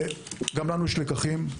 גם לנו יש לקחים.